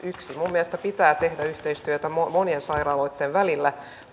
mielestäni pitää tehdä yhteistyötä monien sairaaloitten välillä